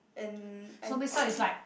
and I think